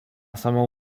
samą